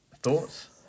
thoughts